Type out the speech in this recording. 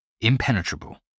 Impenetrable